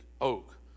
oak